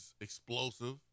explosive